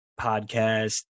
podcast